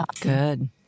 Good